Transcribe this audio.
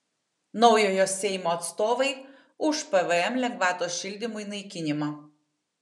naujojo seimo atstovai už pvm lengvatos šildymui naikinimą